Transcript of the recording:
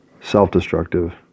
self-destructive